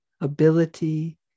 ability